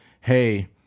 hey